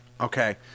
Okay